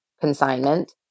consignment